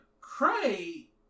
Cray